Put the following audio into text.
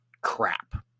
crap